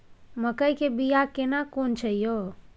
मकई के बिया केना कोन छै यो?